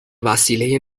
وسیله